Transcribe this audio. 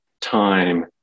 time